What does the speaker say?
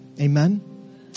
Amen